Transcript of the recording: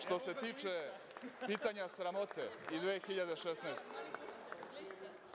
Što se tiče pitanja sramote i 2016. godine.